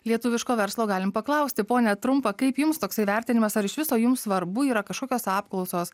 lietuviško verslo galim paklausti pone trumpa kaip jums toksai vertinimas ar iš viso jums svarbu yra kažkokios apklausos